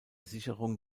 sicherung